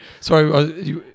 Sorry